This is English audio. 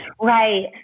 Right